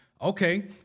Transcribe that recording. okay